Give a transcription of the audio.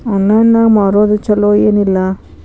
Online ನಾಗ್ ಮಾರೋದು ಛಲೋ ಏನ್ ಇಲ್ಲ?